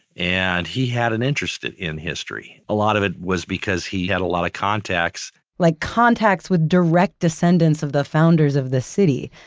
and he had an interest in history. a lot of it was because he had a lot of contacts. like contacts with direct descendants of the founders of the city.